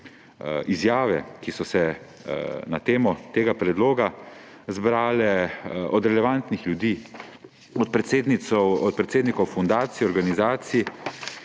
izjave, ki so se na temo tega predloga zbrale, relevantnih ljudi, od predsednikov fundacij, organizacij.